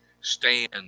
stand